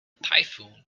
typhoon